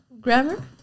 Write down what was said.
Grammar